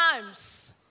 times